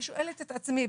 אני שואלת את עצמי,